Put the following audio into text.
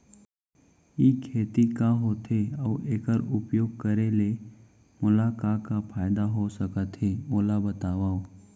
ई खेती का होथे, अऊ एखर उपयोग करे ले मोला का का फायदा हो सकत हे ओला बतावव?